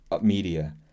media